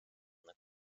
and